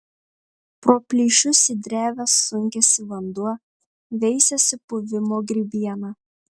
pro plyšius į drevę sunkiasi vanduo veisiasi puvimo grybiena